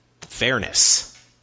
fairness